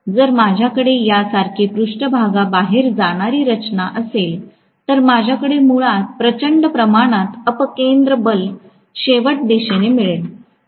जर माझ्याकडे यासारखी पृष्ठभागा बाहेर जाणारी रचना असेल तर माझ्याकडे मुळात प्रचंड प्रमाणात अपकेंद्र बल शेवट दिशेने मिळेल